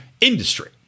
industry